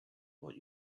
what